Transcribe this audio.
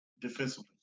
defensively